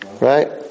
Right